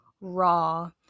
raw